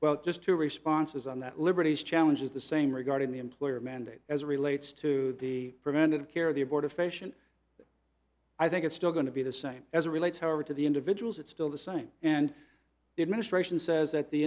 well just two responses on that liberty's challenge is the same regarding the employer mandate as relates to the preventive care the abortifacient i think it's still going to be the same as it relates however to the individuals it's still the same and the administration says that the